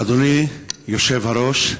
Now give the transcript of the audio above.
אדוני היושב-ראש,